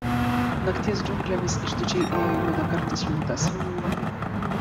nakties džiunglėmis išdidžiai ėjo juodakartis liūtas